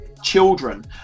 children